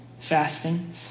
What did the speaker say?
Fasting